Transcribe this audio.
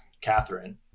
Catherine